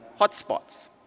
hotspots